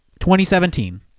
2017